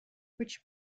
which